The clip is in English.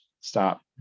stop